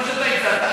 כמו שאתה הצעת,